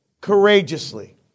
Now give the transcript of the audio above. courageously